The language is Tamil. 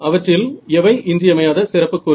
அவற்றில் இவை இன்றியமையாத சிறப்புக்கூறுகள்